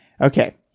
Okay